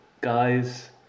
guys